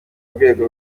rwego